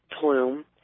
plume